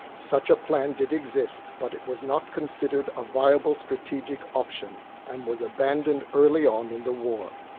such a plan did exist, but it was not considered a viable strategic option and was abandoned early on in the war.